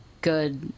good